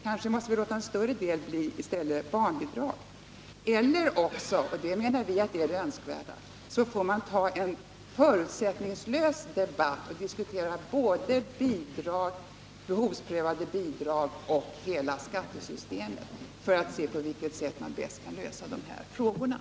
Kanske måste vi låta en större del bli barnbidrag, eller också — och det anser vi vore önskvärt — får man ta en förutsättningslös debatt om behovsprövade bidrag och hela skattesystemet för att se på vilket sätt man bäst kan lösa dessa problem.